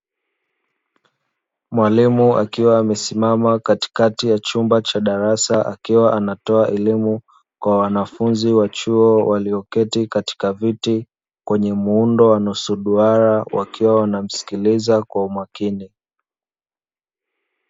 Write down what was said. Mwalimu akiwa amesimama katikati ya chumba cha darasa, akiwa anatoa elimu kwa wanafunzi wa chuo walioketi katika viti, kwenye muundo wa nusu duara wakiwa wanamsikiliza kwa umakini.